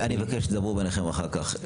אני מבקש שתדברו ביניכם אחר כך.